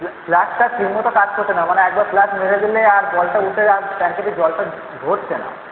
ফ্ল্যাশটা ঠিকমতো কাজ করছে না মানে একবার ফ্ল্যাশ মেরে দিলে আর জলটা উঠে আর জলটা ট্যাঙ্কিতে ভরছে না